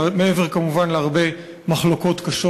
מעבר כמובן להרבה מחלוקות קשות.